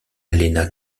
elena